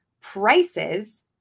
prices